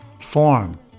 form